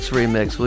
remix